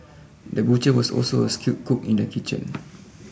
the butcher was also a skilled cook in the kitchen